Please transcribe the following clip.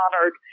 honored